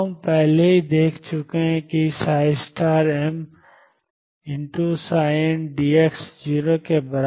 तो हम पहले ही देख चुके हैं कि mndx0 EmEn के लिए